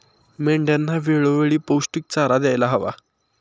मेंढ्यांना वेळोवेळी पौष्टिक चारा द्यायला हवा